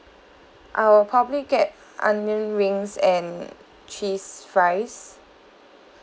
I will probably get onion rings and cheese fries